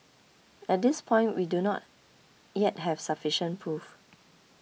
at this point we do not yet have sufficient proof